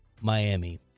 Miami